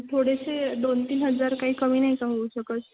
थोडेसे दोनतीन हजार काही कमी नाही का होऊ शकत